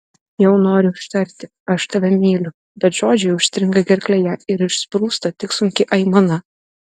jau noriu ištarti aš tave myliu bet žodžiai užstringa gerklėje ir išsprūsta tik sunki aimana